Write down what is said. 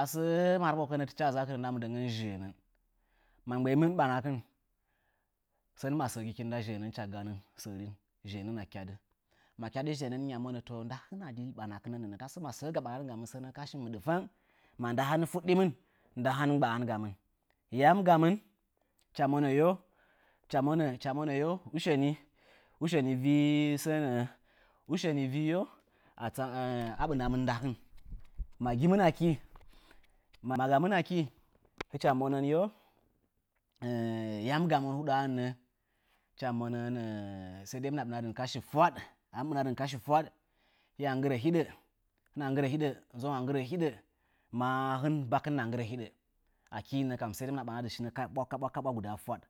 Asə marɓokən tɨchi wə zakɨra nda nzəgəkin zheənən. ma mgbəimɨn ɓanakɨn, sən masə gikin nda zheənən hɨcha ganən sərin. zhə'ənəna kyadɨ. Ma kyadɨ zheənən, hɨnya monə nda hɨn a di ɓanakɨnə nəə, təsə ayam ɓanagamɨn sənə nə'ə kashi mɨɗfəng ma nda hɨn fuɗɗimɨn, nda hɨn mgb'an gamin. Yam gamɨn, hɨcha monə yo, hɨcha monə, hɨcha monə usheni, usheni vɨ, usheni vɨ səə nəə a ɓɨnamə a ɓɨnamɨn ndahɨn. Ma gimɨn akɨ ma gamɨn akɨ, hɨcha monən, yam gamɨn huɗə nə? Hichamonənɨ sai dai hɨmɨna ɓɨnadɨn kashi fwaɗ. Hiya nggɨrə hiɗə, hɨna nggɨrə hiɗə, nzəngwa nggɨrə hiɗə. Ma hin bakin hɨnki nggɨrə hiɗə akɨ nə ja sai hɨmɨna ɓana shinə kaɓwa kaɓwa guda fwaɗ.